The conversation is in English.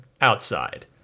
outside